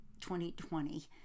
2020